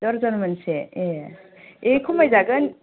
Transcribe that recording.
दरजन मोनसे ए दे खमाय जागोन